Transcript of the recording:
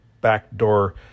backdoor